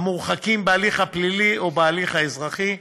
המורחקים בהליך הפלילי או בהליך האזרחי,